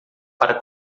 para